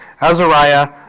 Azariah